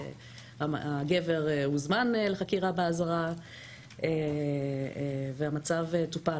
הגבר הוזמן לחקירה באזהרה והמצב טופל,